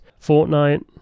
Fortnite